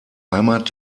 heimat